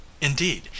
indeed